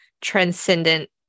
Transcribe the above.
transcendent